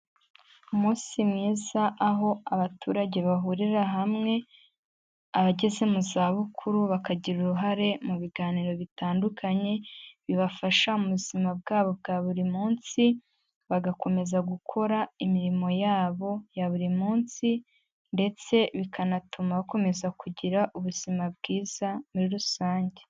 Umunsi mwiza aho abaturage bahurira hamwe, abageze mu zabukuru bakagira uruhare mu biganiro bitandukanye bibafasha mu buzima bwabo bwa buri munsi, bagakomeza gukora imirimo yabo ya buri munsi ndetse bikanatuma bakomeza kugira ubuzima bwiza muri rusange.